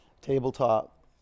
Tabletop